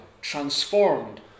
Transformed